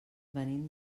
venim